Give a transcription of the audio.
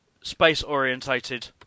space-orientated